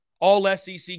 All-SEC